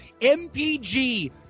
MPG